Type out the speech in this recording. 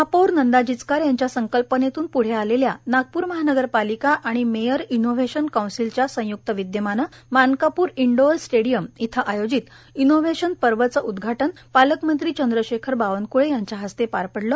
महापौर नंदा जिचकार यांच्या संकल्पनेतून पूढे आलेल्या नागपूर महानगरपालिका आणि मेयर इनोव्हेशन कौन्सिलच्या संय्क्त विद्यमाने मानकापूर इनडोअर स्टेडियम इथं आयोजित इनोव्हेशन पर्वचे उद्घाटन पालकमंत्री चंद्रशेखर बावनक्ळे यांच्या हस्ते पार पडले